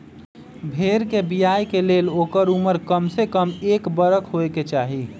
भेड़ कें बियाय के लेल ओकर उमर कमसे कम एक बरख होयके चाही